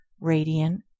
radiant